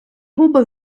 губи